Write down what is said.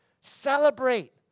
Celebrate